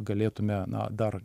galėtume na dar